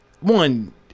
one